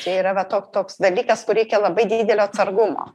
čia yra va toks dalykas ko reikia labai didelio atsargumo